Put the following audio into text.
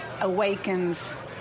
awakens